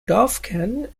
dorfkern